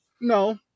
no